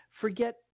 forget